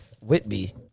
Whitby